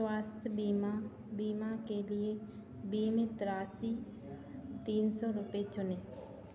स्वास्थ्य बीमा बीमा के लिए बीमित राशि तीन सौ रुपये चुनें